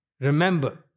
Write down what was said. remember